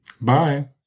Bye